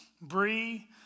Bree